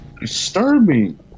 disturbing